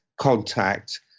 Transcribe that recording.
contact